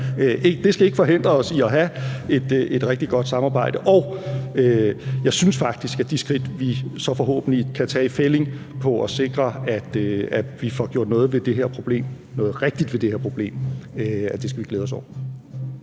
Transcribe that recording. Det skal ikke forhindre os i at have et rigtig godt samarbejde, og jeg synes faktisk, at de skridt, vi så forhåbentlig kan tage i fællig i forhold til at sikre, at vi får gjort noget ved det her problem – noget rigtigt ved det her problem – skal vi glæde os over.